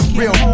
real